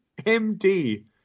MD